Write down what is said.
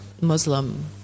Muslim